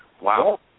Wow